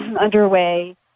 underway